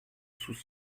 sous